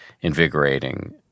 invigorating